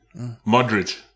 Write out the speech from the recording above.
Modric